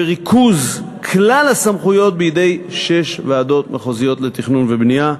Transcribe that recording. וריכוז כלל הסמכויות בידי שש ועדות מחוזיות לתכנון ובנייה,